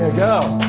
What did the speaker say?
go.